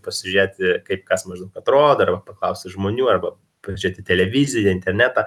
pasižiūrėti kaip kas maždaug atrodo arba paklausti žmonių arba pažiūrėti televiziją internetą